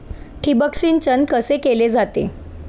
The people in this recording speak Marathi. ठिबक सिंचन कसे केले जाते?